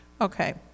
okay